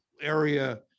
area